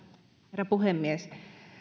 herra puhemies